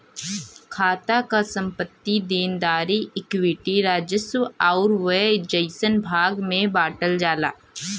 खाता क संपत्ति, देनदारी, इक्विटी, राजस्व आउर व्यय जइसन भाग में बांटल जाला